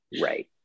right